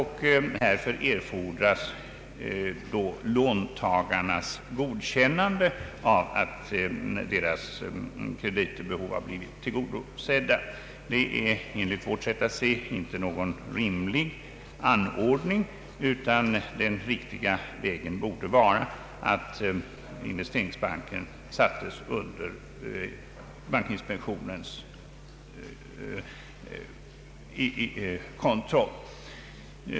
Härför erfordras låntagarnas godkännande av att deras kreditbehov blivit tillgodosedda. Det är enligt vårt sätt att se inte någon rimlig anordning, utan den riktiga vägen borde vara att Investeringsbanken sättes under bankinspektionens kontroll.